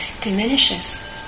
diminishes